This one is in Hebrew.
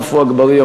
עפו אגבאריה,